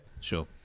Sure